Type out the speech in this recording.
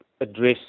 address